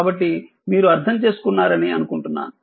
కాబట్టి మీరు అర్థం చేసుకున్నారని అనుకుంటున్నాను